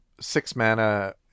six-mana